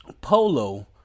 Polo